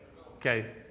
Okay